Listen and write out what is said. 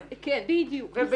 בדיוק.